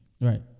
Right